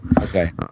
Okay